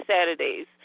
Saturdays